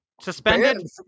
suspended